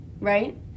right